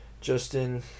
Justin